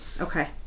Okay